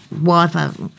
wife